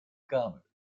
kamer